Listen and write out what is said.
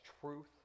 truth